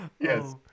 Yes